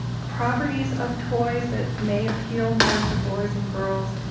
properties of toys that may appeal more to boys and girls,